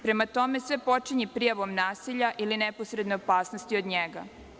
Prema tome, sve počinje prijavom nasilja ili neposredne opasnosti od njega.